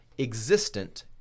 existent